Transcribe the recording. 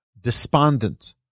despondent